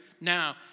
now